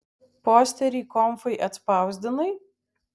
posterį konfai atspausdinai